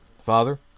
Father